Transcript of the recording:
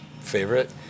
favorite